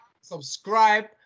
subscribe